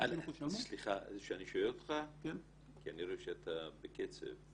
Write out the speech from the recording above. סליחה שאני שואל אותך כי אני רואה שאתה בקצב.